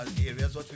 areas